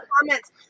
comments